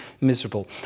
miserable